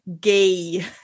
gay